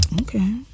Okay